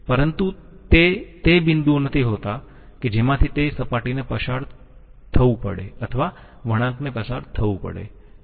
પરંતુ તે તે બિંદુઓ નથી હોતા કે જેમાંથી ને સપાટીને પસાર થતું પડે અથવા વળાંક ને પસાર થવું પડે